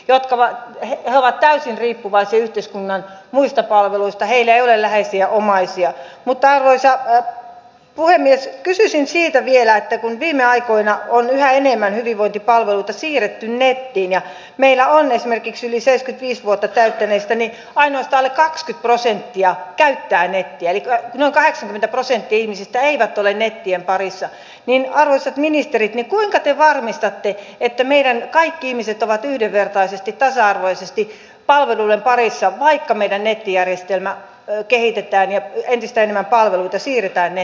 johtavan hienoa täysin riippuvaisia yhteiskunnan muista palveluista heillä ei ole läheisiä omaisia mutta lisätään monesti kyse on siitä vielä kun viime aikoina on yhä enemmän hyvinvointipalveluita siirretty liikkuva koulu hanke on esimerkiksi lisätä viisi vuotta täyttäneistäni ainoastaan kaksi prosenttia käyttää netti eli kai se mitä prosentti ihmisistä eivät ole ennen tien parissa ja niinivaaralaiset ministerit kulta ja varmistatte että meidän kaikki ihmiset ovat yhdenvertaisesti tasa arvoisesti palveluiden parissa vaikka meidän onnistunut hyvin ja levinnyt ilahduttavan laajalle